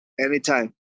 anytime